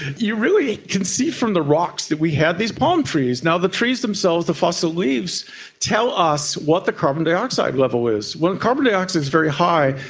you really can see from the rocks that we had these palm trees. now, the trees themselves, the fossil leaves tell us what the carbon dioxide level is. when carbon dioxide is very high,